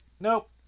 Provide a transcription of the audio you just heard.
Nope